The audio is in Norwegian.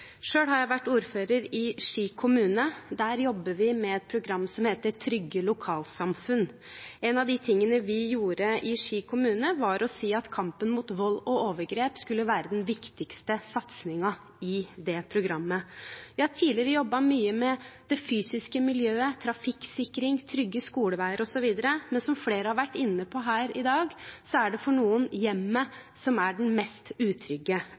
har jeg vært ordfører i Ski kommune. Der jobber vi med et program som heter Trygge lokalsamfunn. En av de tingene vi gjorde i Ski kommune, var å si at kampen mot vold og overgrep skulle være den viktigste satsingen i det programmet. Vi har tidligere jobbet mye med det fysiske miljøet: trafikksikring, trygge skoleveier osv., men som flere har vært inne på her i dag, er det for noen hjemmet som er den mest utrygge